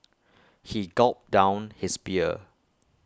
he gulped down his beer